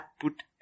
put